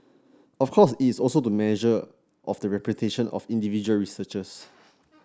of course is also the measure of the reputation of individual researchers